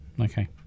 Okay